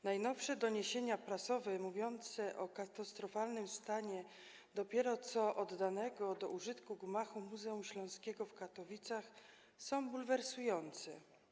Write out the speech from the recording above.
Najnowsze doniesienia prasowe mówiące o katastrofalnym stanie dopiero co oddanego do użytku gmachu Muzeum Śląskiego w Katowicach są bulwersujące.